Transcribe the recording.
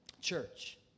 church